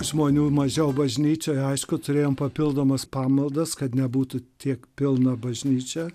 žmonių mažiau bažnyčioje aišku turėjom papildomas pamaldas kad nebūtų tiek pilna bažnyčia